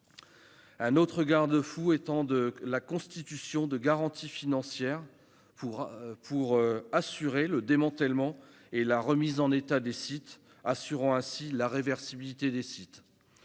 Un autre garde-fou est la constitution de garanties financières pour assurer le démantèlement et la remise en état des sites, préservant ainsi la réversibilité des